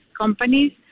companies